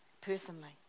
personally